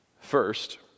First